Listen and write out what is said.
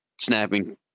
snapping